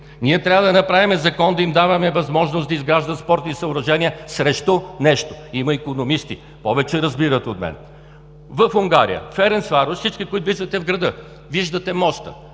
ние трябва да направим закон, да им даваме възможност да изграждат спортни съоръжения срещу нещо. Има икономисти, повече разбират от мен. В Унгария – Ференцварош, всички, които влизате в града, виждате моста.